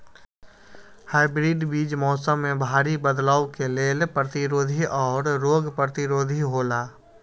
hybrid बीज मौसम में भारी बदलाव के लेल प्रतिरोधी और रोग प्रतिरोधी हौला